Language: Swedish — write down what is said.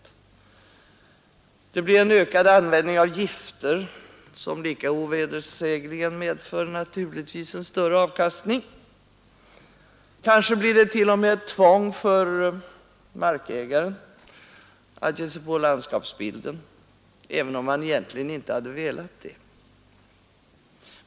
Det blir en ökad användning av gifter, som lika ovedersägligt medför en större avkastning. Kanske blir det t.o.m. tvång för markägaren att ge sig på landskapsbilden, även om han egentligen inte skulle vilja det.